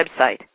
website